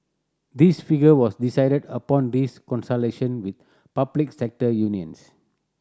this figure was decided upon this consultation with public sector unions